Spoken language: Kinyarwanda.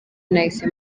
nahise